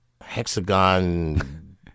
hexagon